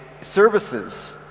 services